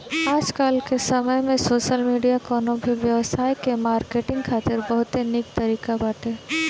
आजकाल के समय में सोशल मीडिया कवनो भी व्यवसाय के मार्केटिंग खातिर बहुते निक तरीका बाटे